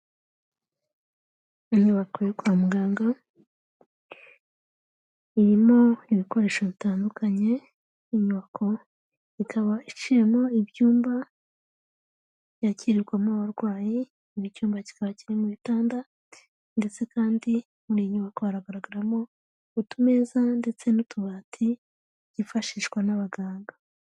Inyubako yo kwa muganga, irimo ibikoresho bitandukanye, inyoko, ikaba iciyemo ibyumba byakirwamo abarwayi, ni cyumba kikaba kirimo ibitanda, ndetse kandi muri iyo nyubako hagaragaramo utumeza ndetse n'utubati, byifashishwa n'abaganga.